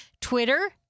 Twitter